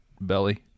belly